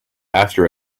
after